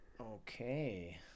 Okay